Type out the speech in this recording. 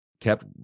kept